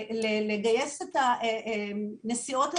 לתקצב את הנסיעות,